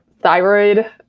thyroid